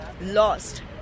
lost